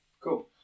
Cool